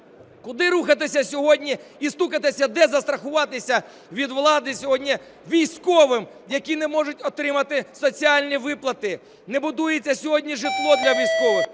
Куди рухатися сьогодні і стукатися, де застрахуватися від влади сьогодні військовим, які не можуть отримати соціальні виплати? Не будується сьогодні житло для військових.